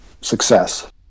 success